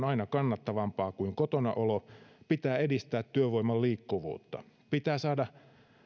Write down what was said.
aina kannattavampaa kuin kotonaolo pitää edistää työvoiman liikkuvuutta pitää saada